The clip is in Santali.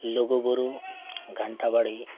ᱞᱩᱜᱩᱵᱩᱨᱩ ᱜᱷᱟᱱᱴᱟ ᱵᱟᱲᱮ